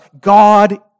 God